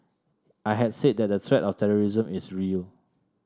I had said that the threat of terrorism is real